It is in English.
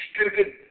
stupid